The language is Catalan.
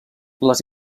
les